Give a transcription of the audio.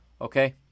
okay